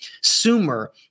sumer